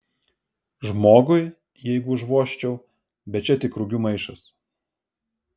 žmogui jeigu užvožčiau bet čia tik rugių maišas